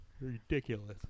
Ridiculous